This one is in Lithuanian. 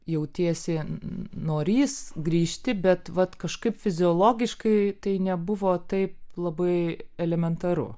jautiesi norįs grįžti bet vat kažkaip fiziologiškai tai nebuvo taip labai elementaru